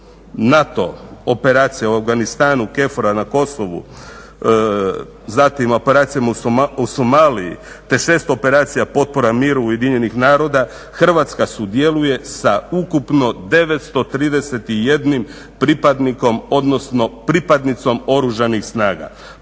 NATO operacija u Afganistanu, … na Kosovu, zatim operacija u Somaliji te 6 operacija potpora miru UN-a, Hrvatska sudjeluje sa ukupno 931 pripadnikom, odnosno pripadnicom Oružanih snaga.